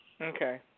Okay